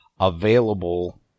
Available